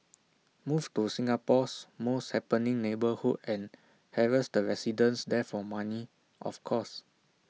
move to Singapore's most happening neighbourhood and harass the residents there for money of course